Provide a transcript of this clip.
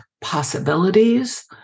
possibilities